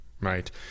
right